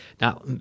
Now